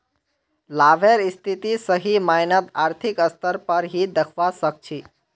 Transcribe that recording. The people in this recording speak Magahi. लाभेर स्थिति सही मायनत आर्थिक स्तर पर ही दखवा सक छी